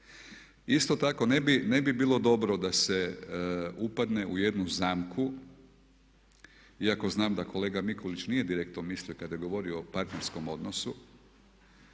Isto tako ne bi bilo dobro da se upadne u jednu zamku iako znam da kolega Mikulić nije direktno mislio kada je govorio o partnerskom odnosu,